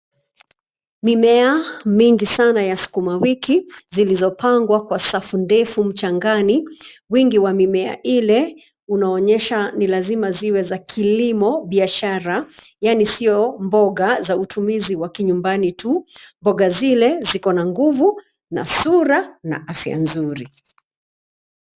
Mimea mengi sana ya skuma wiki zilizopangwa kwa safu ndefu mchangani. Wengi wa mimea ile unaonyesha ni lazima ziwe za kilimo biashara yani sio mboga za utumizi wa kinyumbani tu. Mboga zile ziko na nguvu, na sura na afya nzuri.